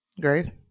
Grace